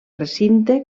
recinte